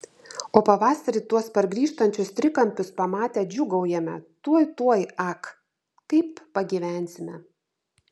o pavasarį tuos pargrįžtančius trikampius pamatę džiūgaujame tuoj tuoj ak kaip pagyvensime